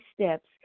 steps